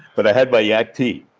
but i had my yak tea.